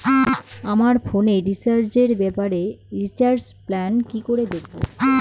আমার ফোনে রিচার্জ এর ব্যাপারে রিচার্জ প্ল্যান কি করে দেখবো?